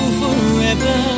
forever